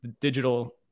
digital